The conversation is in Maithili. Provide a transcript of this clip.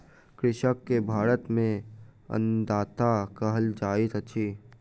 कृषक के भारत में अन्नदाता कहल जाइत अछि